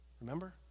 remember